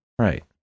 right